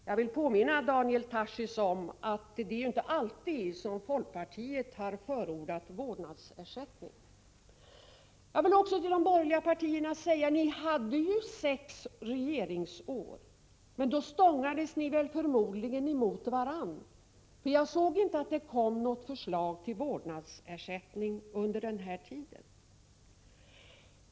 Jag vill påminna Daniel Tarschys om att det inte är alltid som folkpartiet har förordat vårdnadsersättning. Vidare vill jag till de borgerliga säga: Ni hade ju sex regeringsår, men då stångades ni förmodligen mot varandra, för jag såg inte att det kom något förslag till vårdnadsersättning under den tiden.